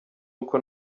uko